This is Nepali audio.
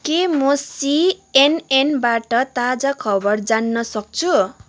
के म सीएनएनबाट ताजा खबर जान्न सक्छु